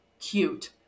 cute